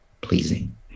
pleasing